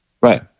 Right